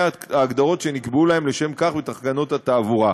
ההגדרות שנקבעו להם לשם כך בתקנות התעבורה.